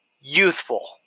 youthful